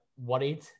worried